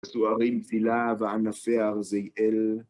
כסו הרים צילה וענפיה ארזי-אל